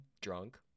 drunk